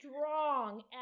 strong